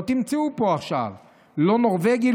לא תמצאו פה עכשיו לא נורבגי,